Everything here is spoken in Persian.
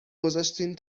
گذاشتین